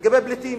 לגבי פליטים.